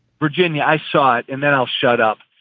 virginia, i saw it. and then i'll shut up.